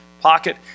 pocket